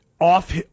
off